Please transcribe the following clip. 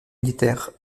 militaires